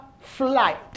flight